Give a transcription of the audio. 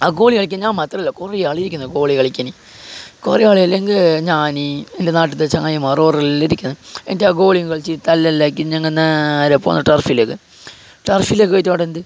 ആ ഗോലി കളിക്കാൻ ഞാൻ മാത്രമല്ല കുറെ ആളിരിക്കുന്ന ഗോലി കളിക്കാന് കുറെ ആള് ഇല്ലെങ്കിൽ ഞാന് എൻ്റെ നാട്ടിലത്തെ ചങ്ങായിമാരെല്ലാം അവർ എല്ലാവരും ഇരിക്കുന്നു എന്നിട്ടാണ് ഗോലിയൊക്കെ കളിച്ച് തല്ലെല്ലാം ഉണ്ടാക്കി ഞങ്ങൾ നേരെ പോകുന്നത് ടർഫിലേക്ക് ടർഫിലേക്ക് പോയിട്ട് അവിടെന്ത്